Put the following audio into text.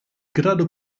grado